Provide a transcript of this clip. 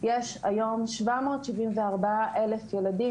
יש היום 774,000 ילדים,